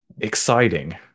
exciting